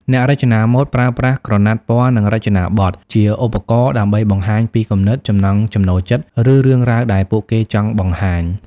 អ្នករចនាម៉ូដប្រើប្រាស់ក្រណាត់ ពណ៌ និងរចនាបទ ជាឧបករណ៍ដើម្បីបង្ហាញពីគំនិត ចំណង់ចំណូលចិត្ត ឬរឿងរ៉ាវដែលពួកគេចង់បង្ហាញ។